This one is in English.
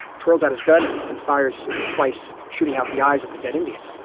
turns out his gun and fires twice shooting out the eyes of the dead indians